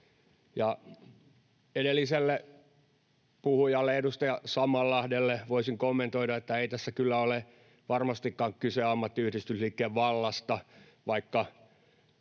Edelliselle puhujalle, edustaja Sammallahdelle, voisin kommentoida, että ei tässä kyllä ole varmastikaan kyse ammattiyhdistysliikkeen vallasta, vaikka